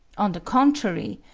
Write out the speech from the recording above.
on the contrary,